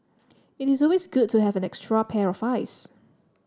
it is always good to have an extra pair of eyes